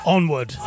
Onward